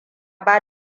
ba